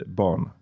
barn